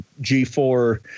G4